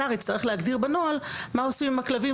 השר יצטרך להגדיר בנוהל מה עושים עם הכלבים